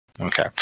Okay